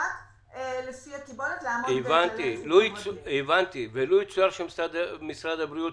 ומה אם משרד הבריאות,